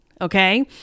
Okay